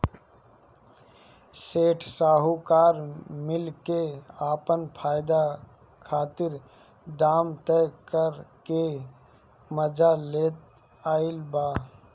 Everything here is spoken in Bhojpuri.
सेठ साहूकार मिल के आपन फायदा खातिर दाम तय क के मजा लेत आइल बा